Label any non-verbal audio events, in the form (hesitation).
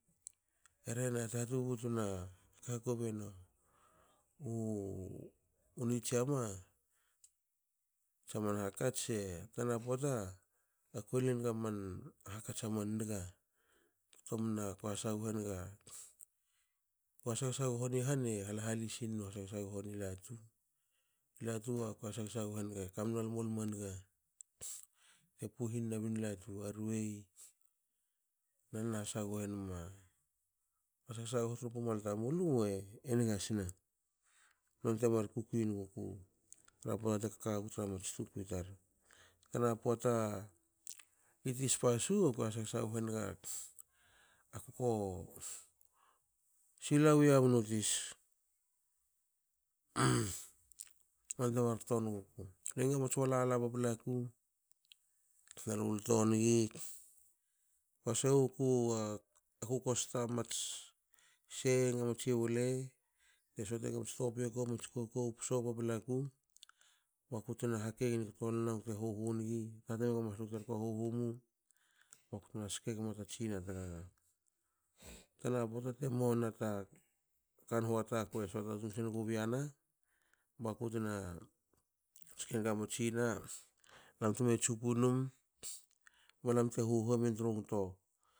E rhene hat hatutbutna hak hakobiena u (hesitation) uni tsiama tsa man hakats e tana pota kue lue naga man hakats aman niga ktomna kue hasaghe naga u has hasago ni han e hal halisinnu has hasagho ni latu. I latu akue sagsaghe nge kamna lmolmo a nigan toa te puhinna bin latu a ruei na lue hasaghe nama hashasagho tru pumal tamulu ngasne nonte te mar kukuin guku tra pota te kaka gaku tra mats tukui tar. Tana pota i tis pasu ko has hasaghenig akuko sila wi yabnu tis (noise) nonte mar ktonguku luenaga mats walala paplaku na lulto nigi kba swe guku akuko sta mats sei enga matsi wele te sotenga mats tepeko. mats kokou poso paplaku bakutna hakegen i ktolna bakte huhu ngi hatimenga maslu terko,"huhu mu baktna stegma tatsi yana tgaga,"tana poata temua wna ta kan huata kue soata tun sengu biana bakutna tspenga matsi yana balam teme tsupu num balam te huhu emen tru ngto